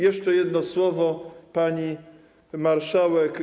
Jeszcze jedno słowo, pani marszałek.